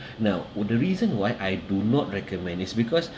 now would the reason why I do not recommend is because